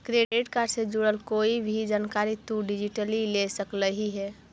credit card से जुड़ल कोई भी जानकारी तु डिजिटली ले सकलहिं हे